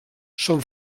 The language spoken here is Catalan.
són